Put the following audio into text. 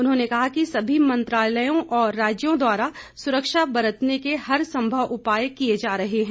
उन्होंने कहा कि सभी मंत्रालयों और राज्यों द्वारा सुरक्षा बरतने के हरसंभव उपाय किए जा रहे हैं